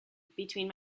between